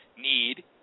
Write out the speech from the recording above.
need